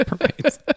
Right